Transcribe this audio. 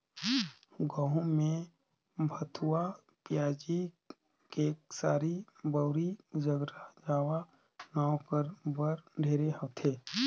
गहूँ में भथुवा, पियाजी, खेकसारी, बउटरी, ज्रगला जावा नांव कर बन ढेरे होथे